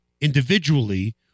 individually